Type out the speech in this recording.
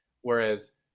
whereas